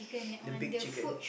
the big chicken